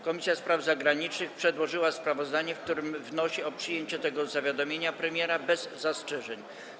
Komisja Spraw Zagranicznych przedłożyła sprawozdanie, w którym wnosi o przyjęcie tego zawiadomienia premiera bez zastrzeżeń.